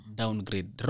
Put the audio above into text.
downgrade